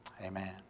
Amen